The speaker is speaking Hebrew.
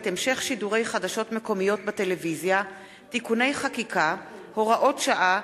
חינוך, בריאות ורווחה (הוראת שעה),